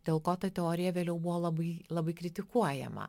dėl ko ta teorija vėliau buvo labai labai kritikuojama